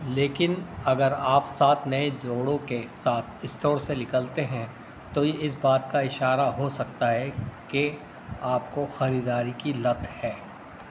لیکن اگر آپ سات نئے جوڑوں کے ساتھ اسٹور سے نکلتے ہیں تو یہ اس بات کا اشارہ ہو سکتا ہے کہ آپ کو خریداری کی لت ہے